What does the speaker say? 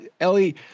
Ellie